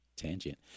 tangent